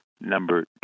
Number